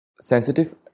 Sensitive